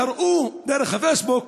קראו דרך הפייסבוק,